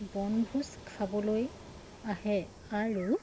বনভোজ খাবলৈ আহে আৰু